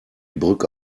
brücke